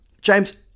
James